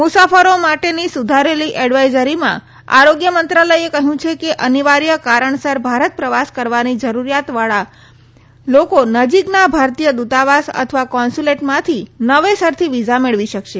મુસાફરો માટેની સુધારેલી એડવાઇઝરીમાં આરોગ્ય મંત્રાલચે કહ્યું છે કે અનિવાર્ય કારણસર ભારત પ્રવાસ કરવાની જરૂરિયાતવાળા નજીકના ભારતીય દ્વતાવાસ અથવા કોન્સ્યુલેટમાંથી ફરીથી વિઝા મેળવી શકશે